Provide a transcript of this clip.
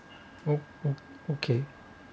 o~ o~ okay